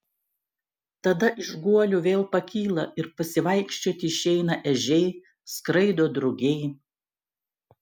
tada iš guolių vėl pakyla ir pasivaikščioti išeina ežiai skraido drugiai